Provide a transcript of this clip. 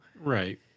Right